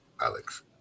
Alex